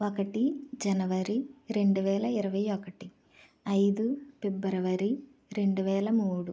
ఒకటి జనవరి రెండు వేల ఇరవై ఒకటి ఐదు ఫిబ్రవరి రెండు వేల మూడు